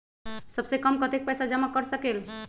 सबसे कम कतेक पैसा जमा कर सकेल?